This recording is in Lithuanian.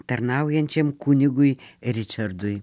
tarnaujančiam kunigui ričardui